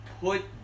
put